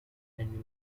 and